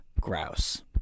grouse